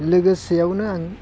लोगोसेयावनो आं